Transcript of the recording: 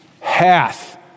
hath